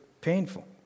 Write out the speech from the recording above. painful